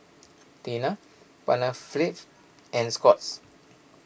Tena Panaflex and Scott's